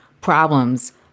problems